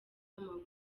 w’amaguru